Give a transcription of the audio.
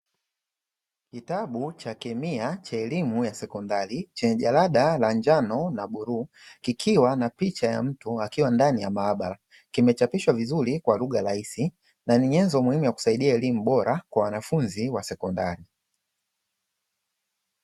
Kitabu cha kemia cha elimu ya sekondari chenye jarada la njano na bluu, kikiwa na picha ya mtu akiwa ndani ya maabara. Kimechapishwa vizuri kwa lugha rahisi na ni nyanzo muhimu ya kusaidia elimu bora kwa wanafunzi wa sekondari.